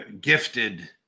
gifted